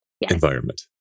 environment